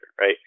right